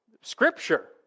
Scripture